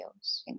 videos